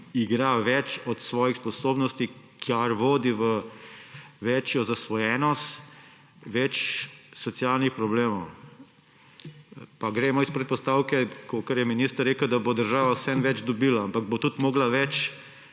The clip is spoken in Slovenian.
igra več od svojih sposobnosti, kar vodi v večjo zasvojenost, več socialnih problemov. Pa gremo iz predpostavke, kakor je minister rekel, da bo država vseeno več dobila, ampak bo morala